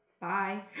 Bye